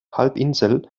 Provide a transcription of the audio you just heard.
halbinsel